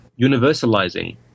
universalizing